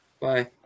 Bye